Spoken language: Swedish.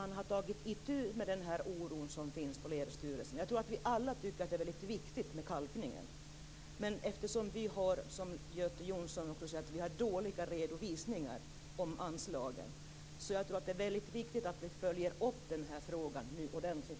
Man har alltså tagit itu med den oro som finns inom länsstyrelserna. Jag tror att vi alla tycker att det är väldigt viktigt med kalkningen, men eftersom vi, som också Göte Jonsson sagt, har dåliga redovisningar av anslagen tror jag att det är väldigt viktigt att vi denna gång följer upp den här frågan ordentligt.